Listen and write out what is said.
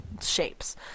shapes